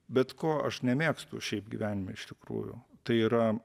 bet ko aš nemėgstu šiaip gyvenime iš tikrųjų tai yra